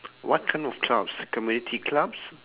what kind of clubs community clubs